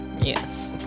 Yes